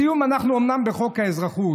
לסיום, אנחנו עכשיו בחוק האזרחות,